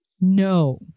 No